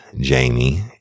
Jamie